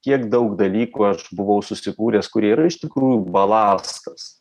kiek daug dalykų aš buvau susikūręs kurie yra iš tikrųjų balastas